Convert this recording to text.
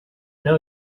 know